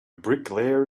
bricklayer